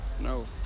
No